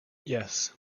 yes